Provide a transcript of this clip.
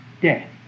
death